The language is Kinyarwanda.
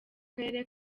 karere